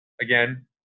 Again